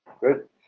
Good